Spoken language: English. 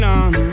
on